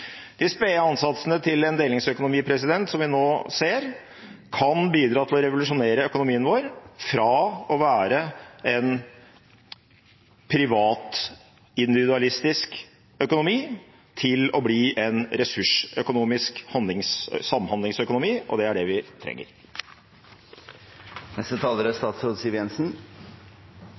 De spede ansatsene til en delingsøkonomi som vi nå ser, kan bidra til å revolusjonere økonomien vår fra å være en privat, individualistisk økonomi til å bli en ressursøkonomisk samhandlingsøkonomi, og det er det vi trenger. La meg først si at det er